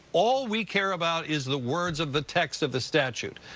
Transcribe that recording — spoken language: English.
all we care about is the words of the text of the statute.